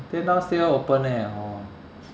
until now still open eh oh